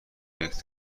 یکدست